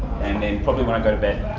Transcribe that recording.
and then probably when i go to bed.